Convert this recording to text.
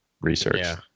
research